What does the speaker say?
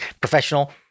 professional